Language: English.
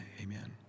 Amen